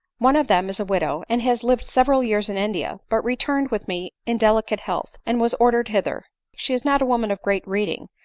one of them is a widow, and has lived several years in india, but returned with me in delicate health, and was ordered hither she is not a woman of great reading,